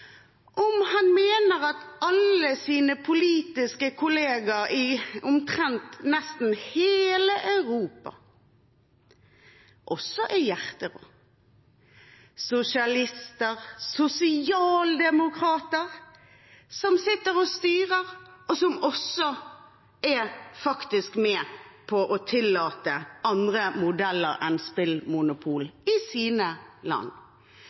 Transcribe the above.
om han mener at alle hans politiske kollegaer i omtrent hele Europa også er hjerterå – sosialister, sosialdemokrater, som sitter og styrer, og som også faktisk er med på å tillate andre modeller enn spillmonopol i sine land.